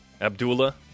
Abdullah